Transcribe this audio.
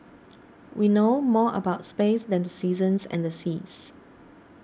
we know more about space than the seasons and the seas